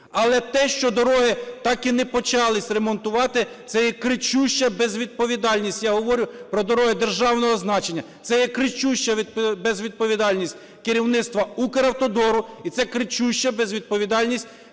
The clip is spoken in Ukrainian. Але те, що дороги так і не почали ремонтувати, це є кричуща безвідповідальність. Я говорю про дороги державного значення, це є кричуща безвідповідальність керівництва Укравтодору, і це кричуща безвідповідальність